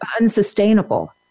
unsustainable